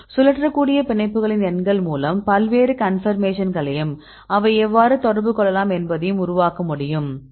சுழற்றக்கூடிய பிணைப்புகளின் எண்கள் மூலம் பல்வேறு கன்பர்மேஷன்களையும் அவை எவ்வாறு தொடர்பு கொள்ளலாம் என்பதையும் உருவாக்க முடியும்